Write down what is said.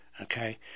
okay